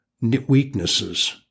weaknesses